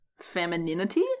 femininity